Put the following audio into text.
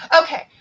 okay